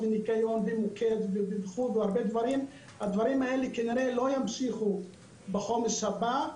הדברים האלה כנראה לא ימשיכו בחומש הבא,